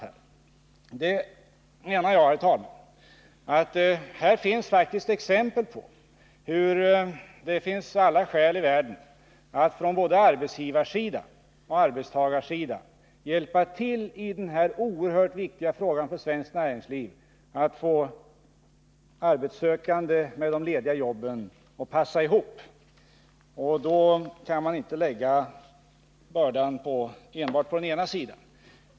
Jag menar, herr talman, att det finns alla skäl i världen för både arbetsgivare och arbetstagare att försöka lösa denna för svenskt näringsliv oerhört viktiga fråga: hur man skall få de arbetssökande att passa ihop med de lediga jobben. Där kan man inte lägga bördan enbart på den ena sidan.